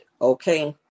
okay